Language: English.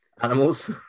animals